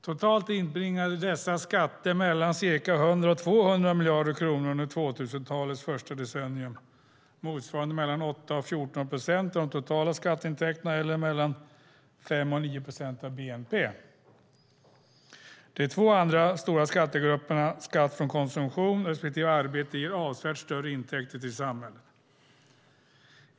Totalt inbringade dessa skatter mellan 100 och 200 miljarder kronor under 2000-talets första decennium, motsvarande mellan 8 och 14 procent av de totala skatteintäkterna eller mellan 5 och 9 procent av bnp. De två andra stora skattegrupperna skatt från konsumtion respektive arbete ger avsevärt större intäkter till samhället.